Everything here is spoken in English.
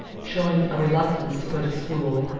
showing a reluctance to go to school,